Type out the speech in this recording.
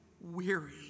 weary